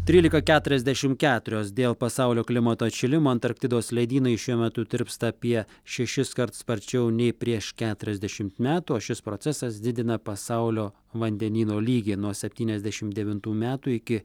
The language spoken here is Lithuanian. trylika keturiasdešim keturios dėl pasaulio klimato atšilimo antarktidos ledynai šiuo metu tirpsta apie šešiskart sparčiau nei prieš keturiasdešimt metų o šis procesas didina pasaulio vandenyno lygį nuo septyniasdešim devintų metų iki